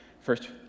First